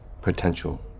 potential